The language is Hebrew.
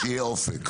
צריך שיהיה אופק.